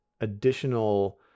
additional